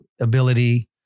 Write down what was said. ability